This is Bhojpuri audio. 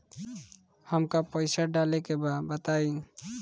हमका पइसा डाले के बा बताई